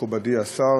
מכובדי השר,